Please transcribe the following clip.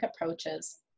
approaches